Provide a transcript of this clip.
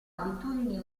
abitudini